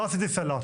לא עשיתי סלט,